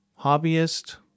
hobbyist